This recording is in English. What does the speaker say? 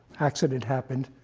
accident happened,